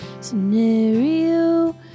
scenario